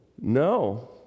No